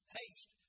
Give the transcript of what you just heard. haste